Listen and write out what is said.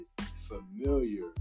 familiar